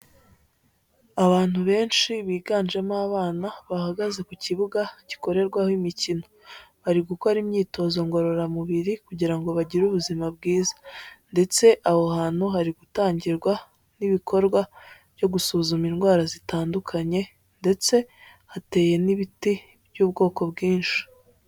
Abantu benshi biganjemo abana bahagaze ku kibuga gikorerwaho imikino, bari gukora imyitozo ngororamubiri kugira ngo bagire ubuzima bwiza ndetse aho hantu hari gutangirwa n'ibikorwa byo gusuzuma indwara zitandukanye ndetse hateye n'ibiti by'ubwoko bwinshi.